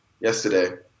yesterday